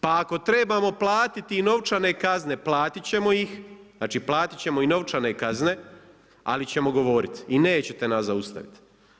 Pa ako trebamo platiti i novčane kazne, platit ćemo ih, znači platit ćemo i novčane kazne ali ćemo govoriti i nećete nas zaustaviti.